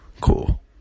cool